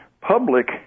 public